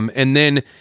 um and then,